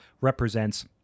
represents